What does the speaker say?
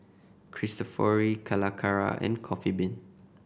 Cristofori Calacara and Coffee Bean